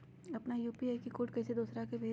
अपना यू.पी.आई के कोड कईसे दूसरा के भेजी?